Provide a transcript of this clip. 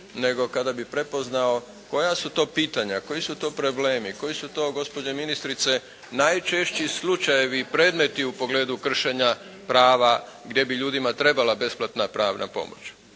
nego kada bi prepoznao koja su to pitanja, koji su to problemi? Koji su to gospođo ministrice najčešći slučajevi i predmeti u pogledu kršenja prava gdje bi ljudima trebala besplatna pravna pomoć.